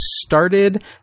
started